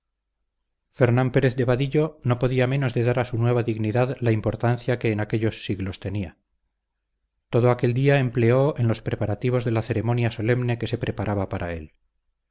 fernán pérez de vadillo no podía menos de dar a su nueva dignidad la importancia que en aquellos siglos tenía todo aquel día empleó en los preparativos de la ceremonia solemne que se preparaba para él